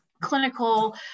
clinical